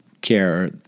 care